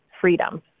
freedom